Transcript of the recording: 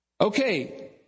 Okay